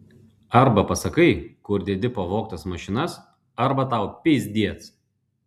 arba pasakai kur dedi pavogtas mašinas arba tau pizdiec